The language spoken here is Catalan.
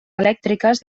elèctriques